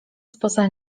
spoza